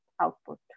output